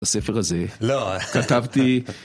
בספר הזה, כתבתי...